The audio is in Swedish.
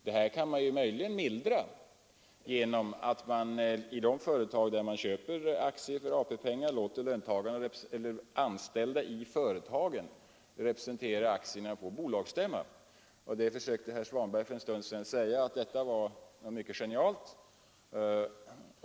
Detta kan möjligen mildras genom att man i de företag där fonden köper aktier låter anställda i företagen representera aktierna på bolagsstämman, Herr Svanberg försökte för en stund sedan säga att detta var något mycket genialt.